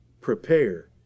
prepare